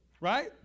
right